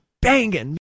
banging